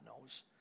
knows